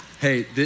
Hey